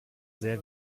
sehr